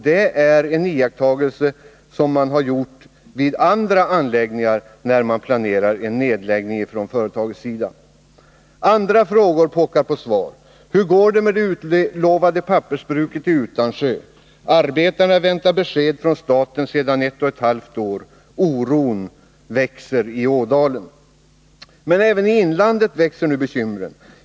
Det är en iakttagelse som man gjort också vid andra anläggningar när nedläggning planeras av företagsledningen. Andra frågor pockar på svar: Hur går det med det utlovade pappersbruket i Utansjö? Arbetarna väntar besked från staten sedan ett och ett halvt år. Oron växer i Ådalen. Men även i inlandet växer nu bekymren.